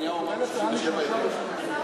לשמוע את אקוניס.